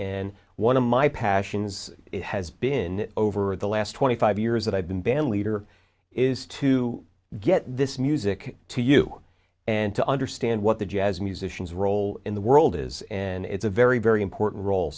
and one of my passions it has been over the last twenty five years that i've been bandleader is to get this music to you and to understand what the jazz musicians role in the world is and it's a very very important role